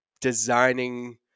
designing